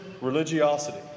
religiosity